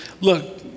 look